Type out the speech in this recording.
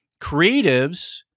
Creatives